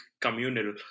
communal